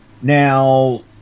Now